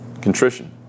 contrition